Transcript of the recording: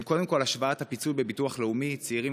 הם קודם כול השוואת הפיצוי בביטוח לאומי: צעירים